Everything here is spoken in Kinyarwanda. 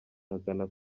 ahakana